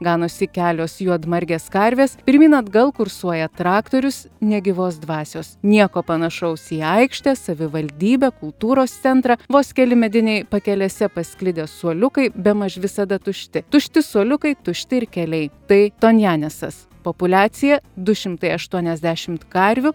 ganosi kelios juodmargės karvės pirmyn atgal kursuoja traktorius nė gyvos dvasios nieko panašaus į aikštę savivaldybę kultūros centrą vos keli mediniai pakelėse pasklidę suoliukai bemaž visada tušti tušti suoliukai tušti ir keliai tai tonjanesas populiacija du šimtai aštuoniasdešimt karvių